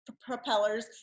propellers